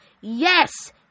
Yes